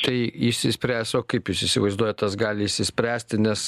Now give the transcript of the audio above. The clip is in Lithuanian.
tai išsispręs o kaip jūs įsivaizduojate tas gali išsispręsti nes